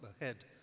ahead